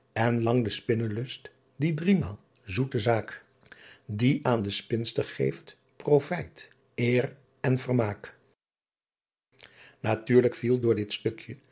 n langh de spinnenslust die drymael soete saeck ie aen de pinster geeft profijt eer en vermaeck atuurlijk viel door dit stukje